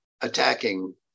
attacking